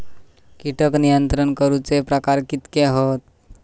कीटक नियंत्रण करूचे प्रकार कितके हत?